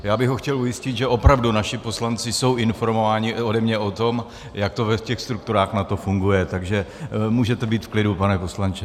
Já bych ho chtěl ujistit, že opravdu naši poslanci jsou informováni ode mě o tom, jak to ve strukturách NATO funguje, takže můžete být v klidu, pane poslanče.